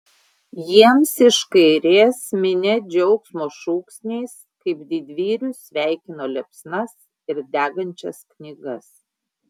jiems iš kairės minia džiaugsmo šūksniais kaip didvyrius sveikino liepsnas ir degančias knygas